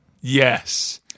yes